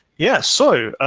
yeah, so,